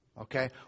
okay